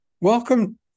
Welcome